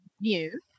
new